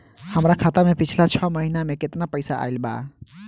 हमरा खाता मे पिछला छह महीना मे केतना पैसा आईल बा?